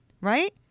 right